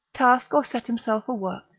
task or set himself a work,